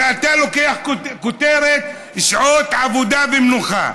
אתה לוקח כותרת: שעות עבודה ומנוחה,